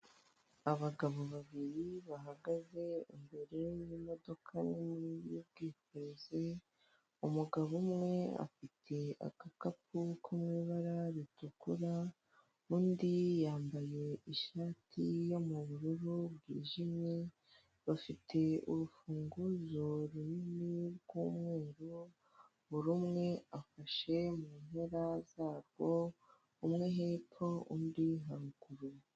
Ahantu bacururiza imodoka. Hari umugabo bari kwereka imodoka ndende y'umweru ngo abe yayigura.